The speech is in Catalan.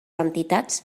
entitats